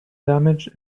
damage